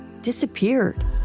disappeared